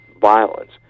violence